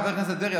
חבר הכנסת דרעי,